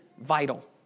vital